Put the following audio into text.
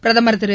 பிரதமர் திரு